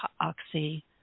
oxy